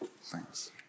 thanks